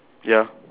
ya